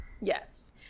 yes